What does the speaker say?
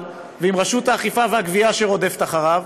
ועם רשות האכיפה והגבייה שרודפת אחריו,